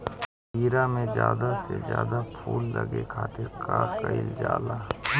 खीरा मे ज्यादा से ज्यादा फूल लगे खातीर का कईल जाला?